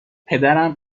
پدرم